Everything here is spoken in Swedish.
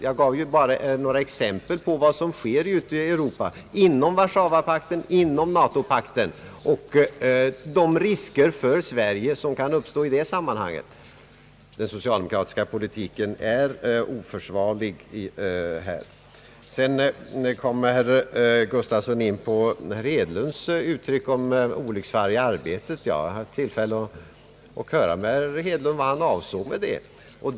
Jag gav bara några exempel på vad som sker i Europa inom Warszawapakten och NATO och på de risker för Sverige som kan uppstå i det sammanhanget. Den socialdemokratiska politiken är här oförsvarlig. Sedan kommer herr Gustavsson in på herr Hedlunds uttryck om olycksfall i arbetet. Jag har haft tillfälle att tala med herr Hedlund om vad han avsåg med detta uttryck.